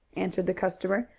answered the customer,